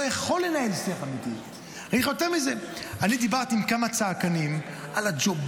בקיצור, אז כמו שאמרתי לך, אדוני